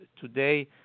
Today